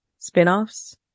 spinoffs